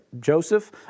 Joseph